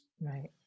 Right